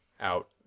out